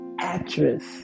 actress